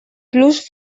plus